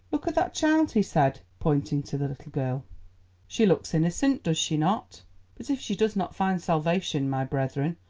look at that child, he said, pointing to the little girl she looks innocent, does she not? but if she does not find salvation, my brethren,